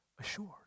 assured